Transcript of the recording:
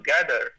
together